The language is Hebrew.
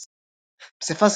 פסיפס,